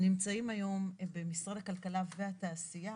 נמצאים היום במשרד הכלכלה והתעשייה